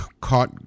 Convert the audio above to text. caught